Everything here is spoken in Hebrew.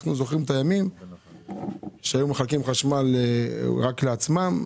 אנחנו זוכרים את הימים שהיו מחלקים חשמל רק לעצמם,